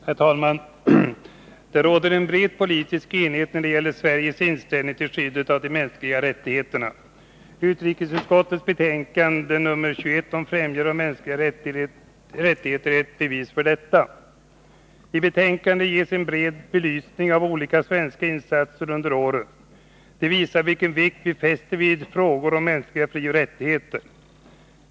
Herr talman! Det råder en bred politisk enighet när det gäller Sveriges inställning till skyddet av de mänskliga rättigheterna. Utrikesutskottets betänkande nr 21 om främjande av mänskliga rättigheter är ett bevis för detta. I betänkandet ges en bred belysning av olika svenska insatser under åren. De visar vilken vikt vi fäster vid frågor om mänskliga frioch rättigheter.